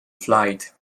flight